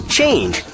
Change